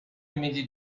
میدی